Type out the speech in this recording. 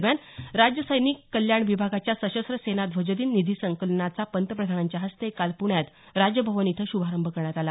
दरम्यान राज्य सैनिक कल्याण विभागाच्या सशस्त्र सेना ध्वजदिन निधी संकलनाचा पंतप्रधानांच्या हस्ते काल पुण्यात राजभवन इथं शुभारभ करण्यात आला